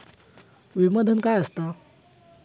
विमा धन काय असता?